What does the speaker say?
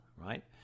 right